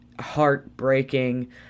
heartbreaking